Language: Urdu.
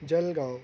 جلگاؤں